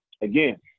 Again